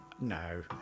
No